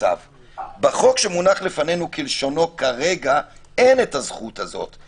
כי בחוק שמונח לפנינו כרגע אין את הזכות הזאת.